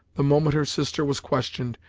the moment her sister was questioned,